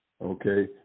Okay